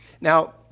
Now